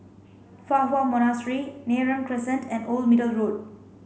Fa Hua Monastery Neram Crescent and Old Middle Road